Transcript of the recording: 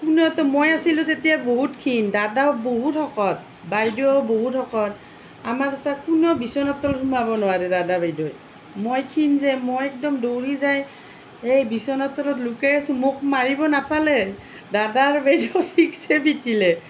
কোনেওতো মই আছিলো তেতিয়া বহুত ক্ষীণ দাদাও বহুত শকত বাইদেউও বহুত শকত আমাৰ এতিয়া কোনেও বিচনাৰ তলত সোমাব নোৱাৰে দাদা বাইদেউয়ে মই ক্ষীণ যে মই একদম দৌৰি যাই এই বিচনাৰ তলত লুকাই আছো মোক মাৰিব নাপালে দাদা আৰু বাইদেউক ঠিকছে পিটিলে